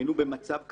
היינו במצב קטסטרופלי,